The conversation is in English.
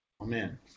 Amen